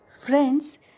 Friends